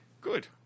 Good